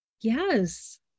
yes